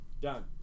Done